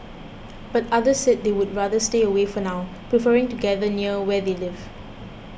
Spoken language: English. but others said they would rather stay away for now preferring to gather near where they live